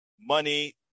money